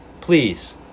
please